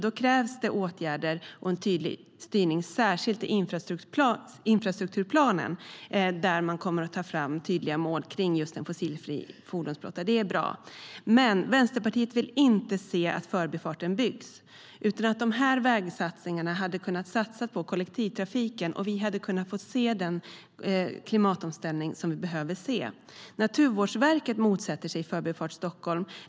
Då krävs det kraftfulla åtgärder och en tydlig styrning särskilt i infrastrukturplanen, och det är bra att man nu kommer att ta fram mål om en fossilfri fordonsflotta. Men Vänsterpartiet vill inte se att Förbifarten byggs. I stället för dessa vägsatsningar hade man kunnat satsa på kollektivtrafiken, och vi hade kunnat få se den klimatomställning som är nödvändig. Naturvårdsverket motsätter sig Förbifart Stockholm.